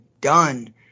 done